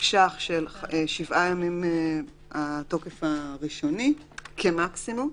תקש"ח של שבעה ימים התוקף הראשוני כמקסימום.